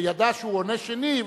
שידע שהוא עונה שני,